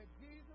Jesus